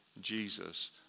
Jesus